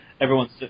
everyone's